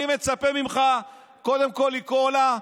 אני מצפה ממך קודם כול לקרוא לה,